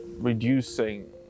reducing